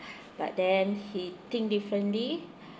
but then he think differently